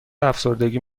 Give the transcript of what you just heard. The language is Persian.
افسردگی